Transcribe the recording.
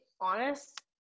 honest